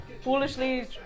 foolishly